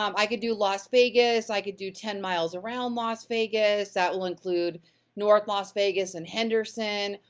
um i could do las vegas, i could do ten miles around las vegas, that will include north las vegas and henderson,